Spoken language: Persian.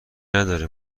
نداره